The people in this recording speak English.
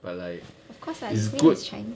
but like his good